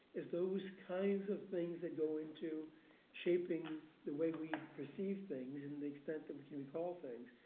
it's those kinds of things that go into shaping the way we perceive things and the extent that we can recall things.